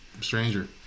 stranger